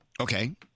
Okay